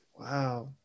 wow